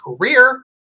career